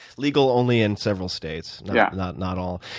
legal only in several states, yeah not not all.